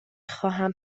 خواهم